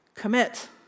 commit